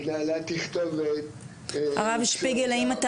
התנהלה תכתובת --- הרב שפיגל האם אתה